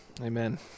Amen